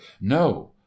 No